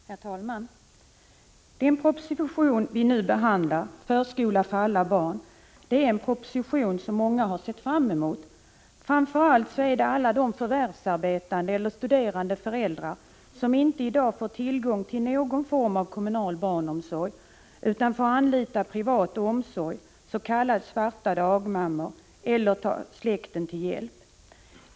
Herr talman! Den proposition som vi nu behandlar, Förskola för alla barn, är en proposition som många har sett fram emot, framför allt alla de förvärvsarbetande eller studerande föräldrar som i dag inte får tillgång till någon form av kommunal barnomsorg utan får anlita privat omsorg, s.k. svarta dagmammor. Eller också får de ta släkten till hjälp.